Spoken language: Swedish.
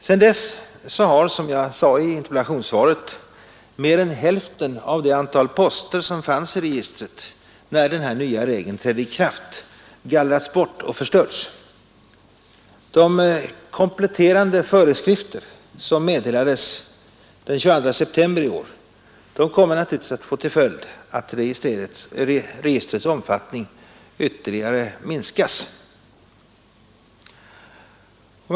Sedan dess har, som jag sade i interpellationssvaret, mer än hälften av det antal poster, som fanns i registret när den nya regeln trädde i kraft, gallrats bort och förstörts. De kompletterande föreskrifter som meddelades den 22 september i år kommer naturligtvis att få till följd att registrets omfattning ytterligare minskas.